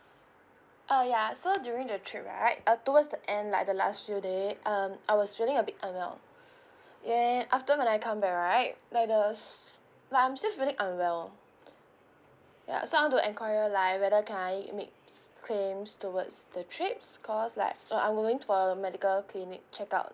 ah ya so during the trip right uh towards the end like the last few day um I was feeling a bit unwell then after when I come back right like the like I'm still feeling unwell ya so I want to enquire like whether can I make claims towards the trip cause like uh I'm going for a medical clinic check out